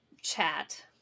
chat